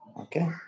Okay